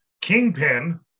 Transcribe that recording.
Kingpin